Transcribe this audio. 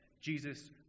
Jesus